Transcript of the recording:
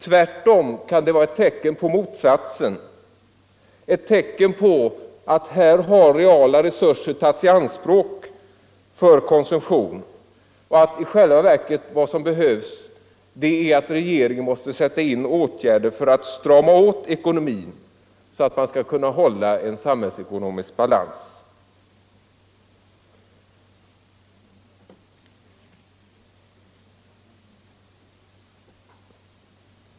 Tvärtom kan det vara ett tecken på motsatsen, ett tecken på att reala resurser har tagits i anspråk för konsumtion och att vad som behövs i själva verket är att regeringen stramar åt ekonomin så att man kan hålla en samhällsekonomisk balans.